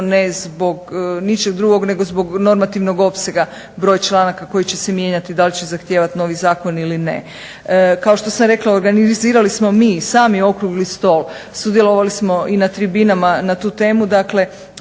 ne zbog ničeg drugog nego zbog normativnog opsega, broj članaka koji će se mijenjati, da li će zahtijevat novi zakon ili ne. Kao što sam rekla, organizirali smo mi sami okrugli stol, sudjelovali smo i na tribinama na tu temu, dakle